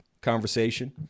conversation